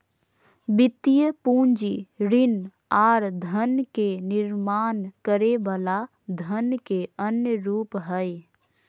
वित्तीय पूंजी ऋण आर धन के निर्माण करे वला धन के अन्य रूप हय